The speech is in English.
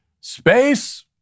Space